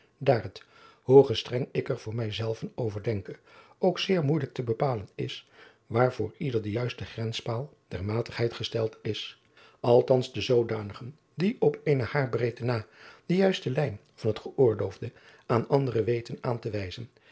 daar het hoe gestreng ik er voor mij zelven over denke ook zeer moeijelijk te bepalen is waar voor ieder de juiste grenspaal der matigheid gesteld is lthans de zoodanigen die op eene haarbreedte na de juiste lijn van het geoorloofde aan anderen weten aan te wijzen